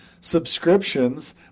subscriptions